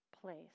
place